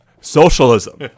socialism